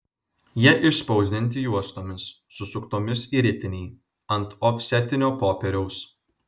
jie išspausdinti juostomis susuktomis į ritinį ant ofsetinio popieriaus